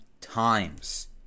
times